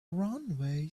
runway